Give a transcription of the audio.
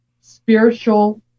spiritual